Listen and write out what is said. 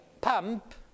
pump